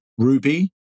Ruby